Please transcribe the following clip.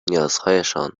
نیازهایشان